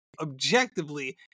objectively